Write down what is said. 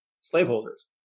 slaveholders